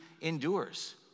endures